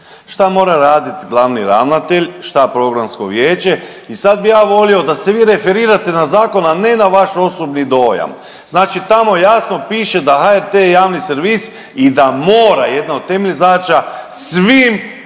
šta mora radit glavni ravnatelj, šta Programsko vijeće i sad bi ja volio da se vi referirate na zakon, a ne na vaš osobni dojam. Znači tamo jasno piše da je HRT javni servis i da mora jedna od temeljnih zadaća svim